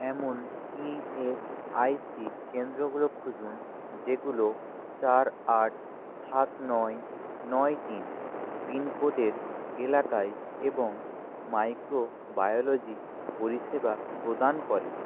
এমন ইএসআইসি কেন্দ্রগুলো খুঁজুন যেগুলো চার আট সাত নয় নয় তিন পিনকোডের এলাকায় এবং মাইক্রোবায়োলজি পরিষেবা প্রদান করে